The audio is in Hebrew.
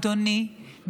אדוני,